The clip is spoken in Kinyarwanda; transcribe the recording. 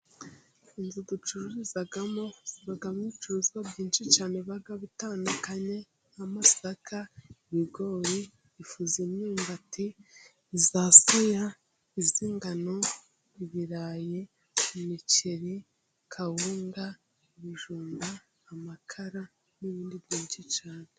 inzu ducururizamo ibicuruzwa byinshi cyane bitandukanye nk'amasaka, ibigori ifu y'imyumbati, iya soya, iy'ingano, ibirayi n'imiceri, kawunga, ibijumba amakara n'ibindi byinshi cyane.